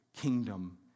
kingdom